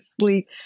sleep